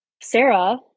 Sarah